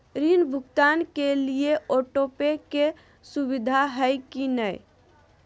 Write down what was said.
ऋण भुगतान करे के लिए ऑटोपे के सुविधा है की न?